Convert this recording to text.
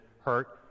hurt